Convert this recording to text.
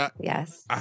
Yes